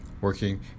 working